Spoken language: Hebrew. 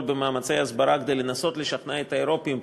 במאמצי הסברה כדי לנסות לשכנע את האירופים,